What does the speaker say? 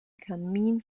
kamin